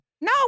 No